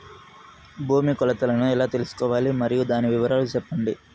భూమి కొలతలను ఎలా తెల్సుకోవాలి? మరియు దాని వివరాలు సెప్పండి?